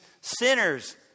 sinners